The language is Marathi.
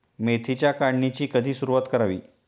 मेथीच्या काढणीची कधी सुरूवात करावी?